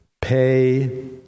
pay